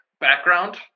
background